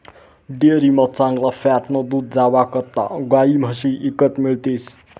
डेअरीमा चांगला फॅटनं दूध जावा करता गायी म्हशी ईकत मिळतीस